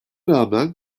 rağmen